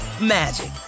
magic